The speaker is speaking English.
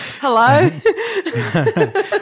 Hello